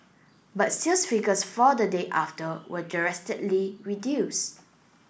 but sales figures for the day after were reduced